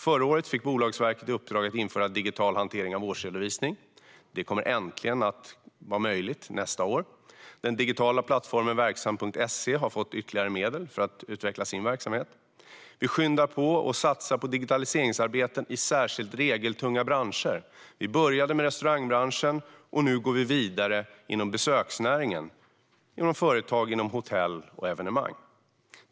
Förra året fick Bolagsverket i uppdrag att införa digital hantering av årsredovisning. Det kommer äntligen att vara möjligt nästa år. Den digitala plattformen verksamt.se har fått ytterligare medel för att utveckla sin verksamhet. Vi skyndar på och satsar på digitaliseringsarbeten i särskilt regeltunga branscher. Vi började med restaurangbranschen. Nu går vi vidare inom besöksnäringen med företag för hotell och evenemang.